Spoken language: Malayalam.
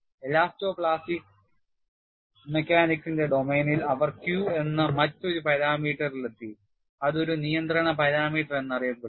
എലാസ്റ്റോ പ്ലാസ്റ്റിക് മെക്കാനിക്സിന്റെ ഡൊമെയ്നിൽ അവർ Q എന്ന മറ്റൊരു പാരാമീറ്ററിൽ എത്തി അത് ഒരു നിയന്ത്രണ പാരാമീറ്റർ എന്നറിയപ്പെടുന്നു